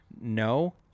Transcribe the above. No